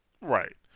Right